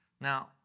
Now